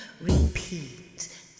repeat